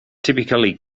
typically